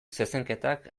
zezenketak